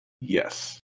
Yes